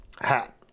hat